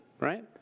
right